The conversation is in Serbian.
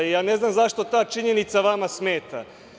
Ja ne znam zašto ta činjenica vama smeta?